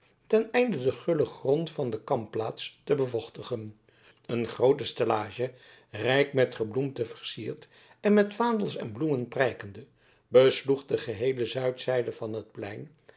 ten einde den gullen grond van de kampplaats te bevochtigen een hooge stellage rijk met gebloemte versierd en met vaandels en bloemen prijkende besloeg de geheele zuidzijde van het plein